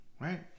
right